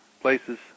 places